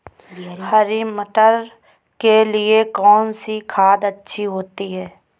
हरी मटर के लिए कौन सी खाद अच्छी होती है?